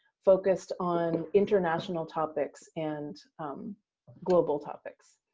focused on international topics and global topics.